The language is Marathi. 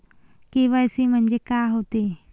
के.वाय.सी म्हंनजे का होते?